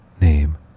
Name